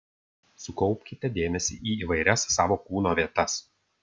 sukaupkite dėmesį į įvairias savo kūno vietas